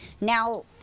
Now